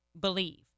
believe